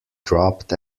dropped